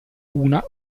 una